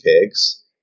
pigs